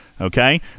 Okay